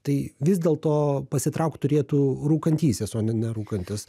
tai vis dėlto pasitrauk turėtų rūkantysis o ne nerūkantis